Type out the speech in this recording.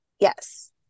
Yes